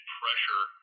pressure